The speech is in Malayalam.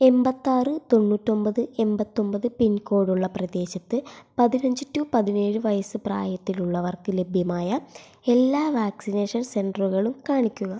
എൺപത്താറ് തൊണ്ണൂറ്റൊൻപത് എൺപത്തൊൻപത് പിൻകോഡ് ഉള്ള പ്രദേശത്ത് പതിനഞ്ച് ടു പതിനേഴ് വയസ്സ് പ്രായത്തിലുള്ളവർക്ക് ലഭ്യമായ എല്ലാ വാക്സിനേഷൻ സെൻ്ററുകളും കാണിക്കുക